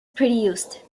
produced